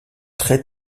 très